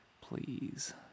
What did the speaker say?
Please